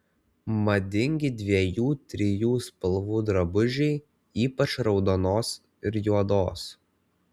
madingi dviejų trijų spalvų drabužiai ypač raudonos ir juodos